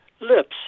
lips